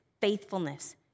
faithfulness